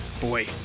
boy